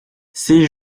ses